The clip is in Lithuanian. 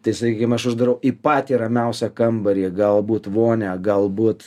tai sakykim aš uždarau į patį ramiausią kambarį galbūt vonią galbūt